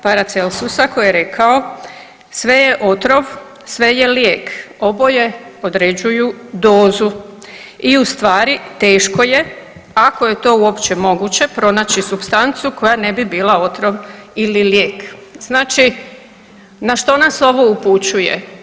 Paracelsusa koji je rekao „Sve je otrov, sve je lijek, oboje određuju dozu i ustvari teško je ako je to uopće moguće pronaći supstancu koja ne bi bila otrov ili lijek.“ Znači na što nas ovo upućuje?